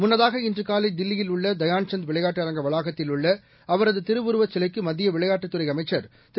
முன்னதாக இன்று காலை தில்லியில் உள்ள தயான்சந்த் விளையாட்டு அரங்க வளாகத்தில் உள்ள அவரது திருவுருவச் சிலைக்கு மத்திய விளையாட்டுத் துறை அமைச்சர் திரு